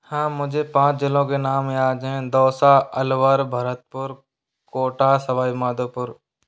हाँ मुझे पाँच जिलों के नाम याद हैं दोसा अलवर भरतपुर कोटा सवाई माधोपुर